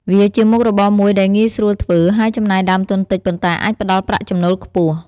វាជាមុខរបរមួយដែលងាយស្រួលធ្វើ ហើយចំណាយដើមទុនតិច ប៉ុន្តែអាចផ្តល់ប្រាក់ចំណូលខ្ពស់។